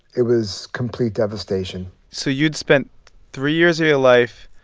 it was complete devastation so you'd spent three years of your life,